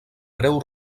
breu